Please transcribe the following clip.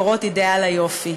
קוראות "אידיאל היופי".